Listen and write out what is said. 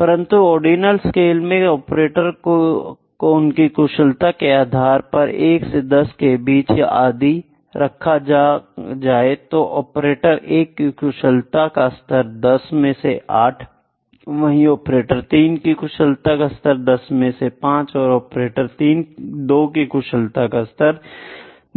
परंतु ordinal scale में ऑपरेटरों को उनकी कुशलता के आधार पर 1 से 10 के बीच यदि रखा जाए तो फिर ऑपरेटर 1 की कुशलता का स्तर 10 में से 8 है वही ऑपरेटर 3 की कुशलता का स्तर 10 में से 5 है और ऑपरेटर 2 की कुशलता का स्तर